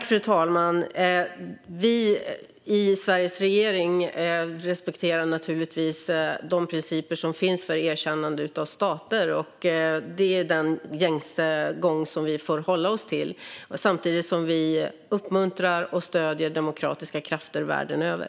Fru talman! Vi i Sveriges regering respekterar naturligtvis de principer som finns för erkännande av stater. Det är den gängse gång som vi får hålla oss till samtidigt som vi uppmuntrar och stöder demokratiska krafter världen över.